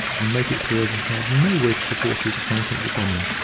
and make it clear that he had no wish to force his acquaintance upon them.